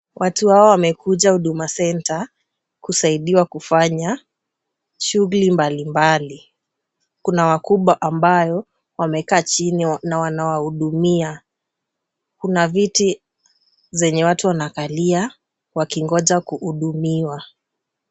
Watu hawa wamekuja huduma centre kusaidiwa kufanya shughuli mbali mbali. Kuna wakubwa ambao wamekaa chini na wanawahudumia. Kuna viti zenye watu wanakalia wakingoja kuhudumiwa.